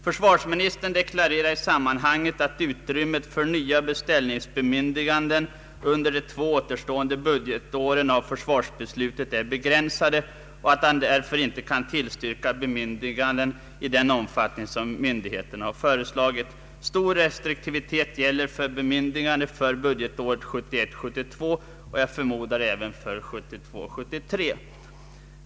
Försvarsministern deklarerar i sammanhanget att utrymmet för nya beställningsbemyndiganden under de två återstående budgetåren av försvarsbeslutet är begränsat och att han därför inte kan tillstyrka bemyndiganden i den omfattning som myndigheterna har föreslagit. Stor restriktivitet gäller för bemyndiganden för budgetåret 1971 73.